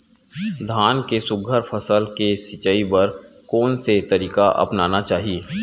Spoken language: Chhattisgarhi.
धान के सुघ्घर फसल के सिचाई बर कोन से तरीका अपनाना चाहि?